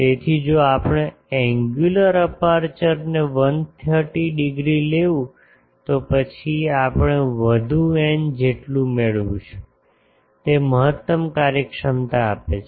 તેથી જો આપણે એન્ગ્યુલર અપેર્ચરને 130 ડિગ્રી લેવું તો પછી આપણે વધુ n જેટલું મેળવીશું તે મહત્તમ કાર્યક્ષમતા આપે છે